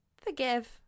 forgive